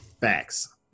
Facts